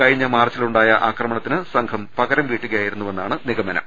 കഴിഞ്ഞ മാർച്ചിലുണ്ടായ ആക്രമണത്തിന് സംഘം പകരം വീട്ടുകയായിരുന്നു വെന്നാണ് നിഗമനം